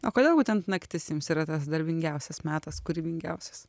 o kodėl būtent naktis jums yra tas darbingiausias metas kūrybingiausias